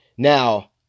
Now